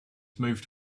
moved